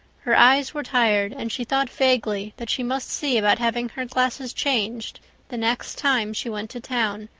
her eyes were tired, and she thought vaguely that she must see about having her glasses changed the next time she went to town,